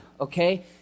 okay